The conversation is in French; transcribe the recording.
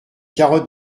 carottes